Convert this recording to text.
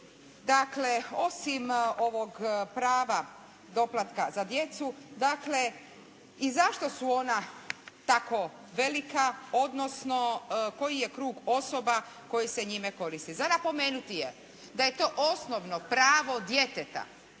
dakle osim ovog prava doplatka za djecu dakle i zašto su ona tako velika, odnosno koji je krug osoba koji se njime koristi. Za napomenuti je da je to osnovno pravo djeteta